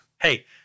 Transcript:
Hey